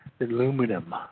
aluminum